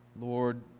Lord